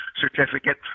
certificate